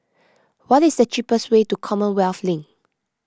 what is the cheapest way to Commonwealth Link